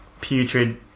Putrid